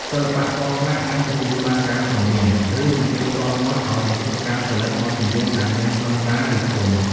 សិល្បករខ្លះអាចទទួលបានការព្រមាន ឬសម្ពាធផ្ទាល់មាត់ឱ្យបញ្ឈប់ការផលិតបទចម្រៀងដែលមានខ្លឹមសាររិះគន់។